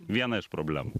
viena iš problemų